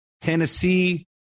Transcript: Tennessee